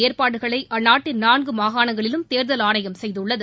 இதற்கான ஏற்பாடுகளை அந்நாட்டின் நான்கு மாகாணங்களிலும் தேர்தல் ஆணையம் செய்துள்ளது